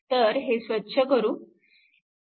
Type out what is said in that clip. तर हे स्वच्छ करू